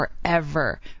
forever